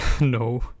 no